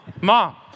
mom